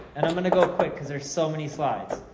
and, i'm gonna go quick, cause there's so many slides.